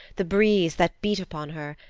the breeze that beat upon her,